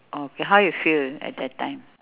orh okay how you feel at that time